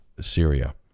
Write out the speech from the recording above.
Syria